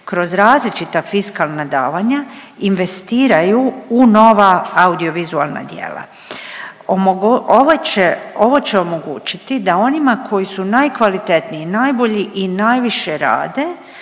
kroz različita fiskalna davanja investiraju u nova audiovizualna djela. Omog… ovo će omogućiti da onima koji su najkvalitetniji, najbolji i najviše rade